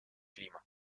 clima